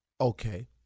Okay